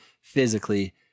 physically